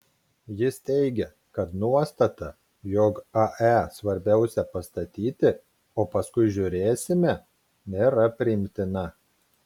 jis teigė kad nuostata jog ae svarbiausia pastatyti o paskui žiūrėsime nėra priimtina